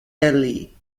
ely